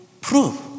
prove